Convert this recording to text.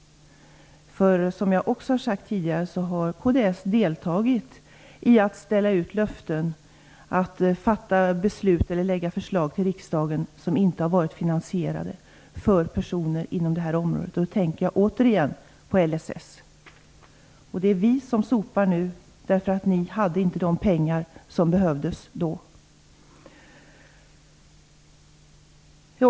Som jag också har sagt tidigare har kds deltagit i att ställa ut löften, fatta beslut och lägga fram förslag för riksdagen som inte har varit finansierade för personer inom detta område. Jag tänker återigen på LSS. Nu är det vi som sopar därför att ni inte hade de pengar som behövdes då.